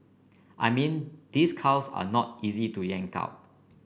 I mean these cows are not easy to yank out